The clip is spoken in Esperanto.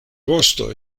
vosto